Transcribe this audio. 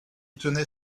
tenait